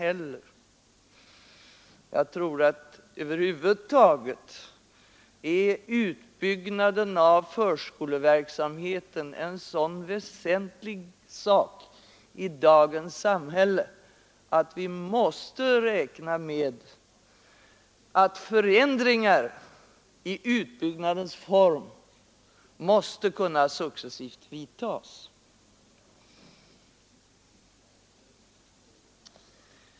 Över huvud taget är utbyggnaden av förskoleverksamheten en sådan väsentlig sak i dagens samhälle att vi är tvungna att räkna med att förändringar i utbyggnadens form måste kunna successivt företas.